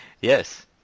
Yes